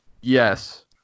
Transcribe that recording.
Yes